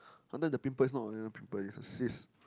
under the pimple is not another pimple already is a cysts